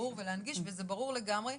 ולהנגיש וזה ברור לגמרי.